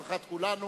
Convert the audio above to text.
קודם כול,